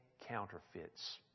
counterfeits